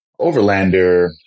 Overlander